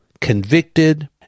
convicted